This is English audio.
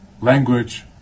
language